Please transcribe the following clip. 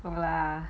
well lah